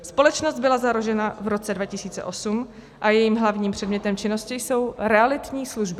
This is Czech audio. Společnost byla založena v roce 2008 a jejím hlavním předmětem činnosti jsou realitní služby.